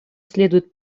следует